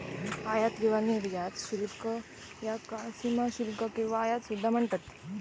आयात किंवा निर्यात शुल्क याका सीमाशुल्क किंवा आयात सुद्धा म्हणतत